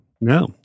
No